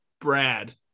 brad